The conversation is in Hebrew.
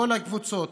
כל הקבוצות,